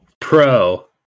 Pro